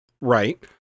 right